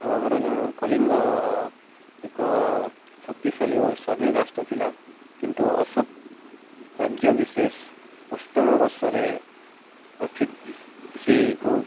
ଆଉ ଆମର ଯେଉଁ କଳିଙ୍ଗ ଏକ ଶକ୍ତିଶାଳୀ ଓ ସ୍ଵାଧୀନ ରାଷ୍ଟ୍ର ଥିଲା କିନ୍ତୁ ଅଶୋକ ରାଜ୍ୟ ବିଶେଷ ଅଷ୍ଟମ ବର୍ଷରେ ଅର୍ଥିକ ଶ୍ରୀକୁ